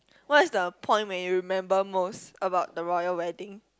what is the point when you remember most about the royal wedding